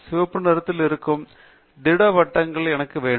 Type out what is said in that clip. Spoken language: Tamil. சிவப்பு நிறத்தில் இருக்கும் திட வட்டங்கள் எனக்கு வேண்டும்